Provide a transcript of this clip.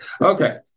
Okay